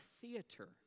theater